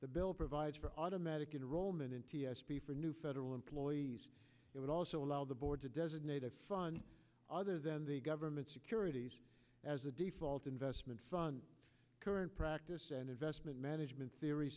the bill provides for automatic enrollment in t s p for new federal employees it would also allow the board to designate a fun other than the government securities as a default investment fund current practice and investment management theory